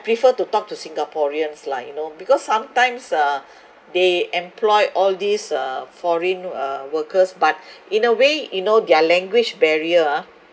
prefer to talk to singaporeans lah you know because sometimes uh they employ all these uh foreign uh workers but in a way you know their language barrier uh